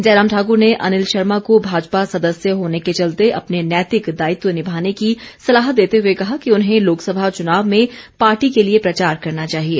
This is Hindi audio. जयराम ठाकुर ने अनिल शर्मा को भाजपा सदस्य होने के चलते अपने नैतिक दायित्व निभाने की सलाह देते हुए कहा कि उन्हें लोकसभा चुनाव में पार्टी के लिए प्रचार करना चाहिए